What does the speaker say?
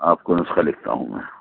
آپ کو نسخہ لکھتا ہوں میں